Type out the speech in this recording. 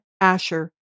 Asher